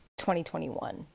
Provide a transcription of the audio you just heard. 2021